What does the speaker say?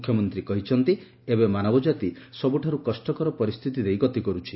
ମୁଖ୍ୟମନ୍ତୀ କହିଛନ୍ତି ମାନବ ଜାତି ସବୁଠାରୁ କଷ୍ଟକର ପରିସ୍ସିତି ଦେଇ ଗତି କରୁଛି